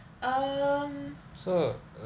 um